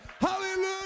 Hallelujah